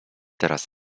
teraz